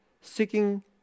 seeking